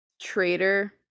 Traitor